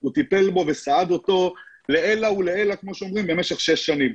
הוא טיפל בו וסעד אותו לעילא ולעילא כמו שאומרים במשך שש שנים.